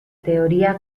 teoría